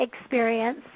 experience